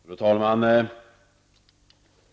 Fru talman!